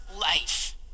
life